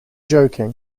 joking